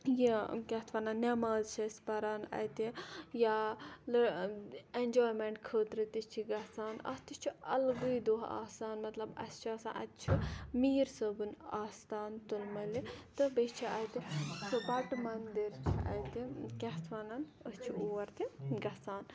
یہِ کیاہ اَتھ وَنان نٮ۪ماز چھِ أسۍ پَران اَتہِ یا اٮ۪نجایمینٹ خٲطرٕتہِ چھِ گَژھان اَتھ تہِ چھُ اَلگٕے دۄہ آسان مَطلَب اَسہِ چھُ آسان اَتہِ چھُ میٖر صٲبُن آستان تُلمُلہِ تہٕ بیٚیہِ چھُ اَتہِ بَٹہٕ مَندِر چھُ اَتہِ کیاہ اَتھ وَنان أسۍ چھِ اور تہِ گَژھان